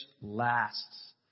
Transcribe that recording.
lasts